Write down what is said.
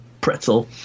pretzel